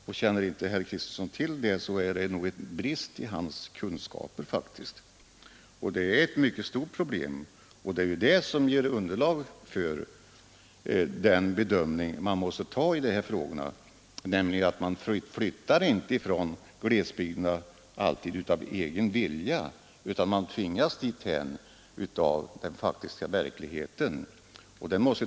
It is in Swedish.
Om inte herr Kristenson känner till detta är det faktiskt en brist i hans kunskaper. Det är ett mycket stort problem, som måste bilda underlag vid bedömningen av dessa frågor. Man flyttar nämligen inte alltid från glesbygderna av egen vilja utan tvingas till det av den faktiska verkligheten.